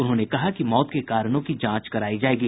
उन्होंने कहा कि मौत के कारणों की जांच करायी जायेगी